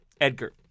Edgar